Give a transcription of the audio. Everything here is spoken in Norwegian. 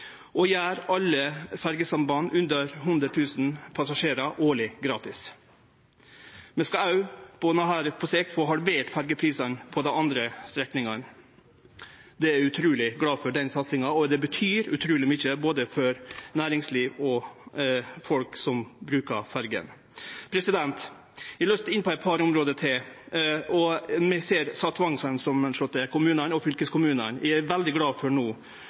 og gjer alle ferjesamband under 100 000 passasjerar årleg gratis. Vi skal òg på sikt få halvert ferjeprisane på dei andre strekningane. Eg er utruleg glad for den satsinga. Det betyr utruleg mykje, både for næringsliv og for folk som bruker ferjene. Eg har lyst å kome inn på eit par område til. Når det gjeld dei tvangssamanslåtte kommunane og fylkeskommunane, er eg veldig glad for at det no